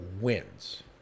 wins